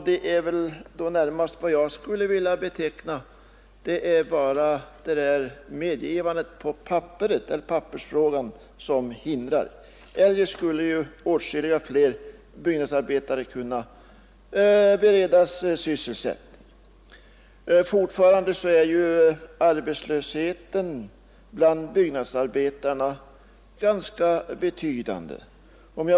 Det är bara medgivande på papperet som fattas för att åtskilligt fler byggnadsarbetare skulle kunna beredas sysselsättning. Fortfarande är arbetslösheten bland byggnadsarbetarna ganska betydande.